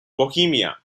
bohemia